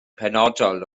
penodol